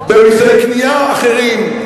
במסי קנייה אחרים,